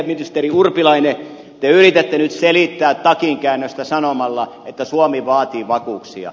ministeri urpilainen te yritätte nyt selittää takinkäännöstä sanomalla että suomi vaatii vakuuksia